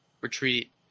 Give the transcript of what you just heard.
retreat